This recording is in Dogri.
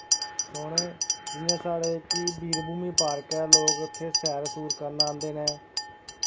सोह्ने जि'यां साढ़े कि वीरभूमि पार्क ऐ लोक उत्थै सैर सूर करन औंदे न